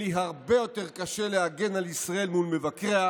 יהיה לי הרבה יותר קשה להגן על ישראל מול מבקריה.